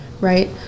right